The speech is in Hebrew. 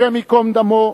השם ייקום דמו,